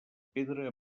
pedra